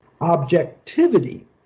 Objectivity